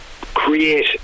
create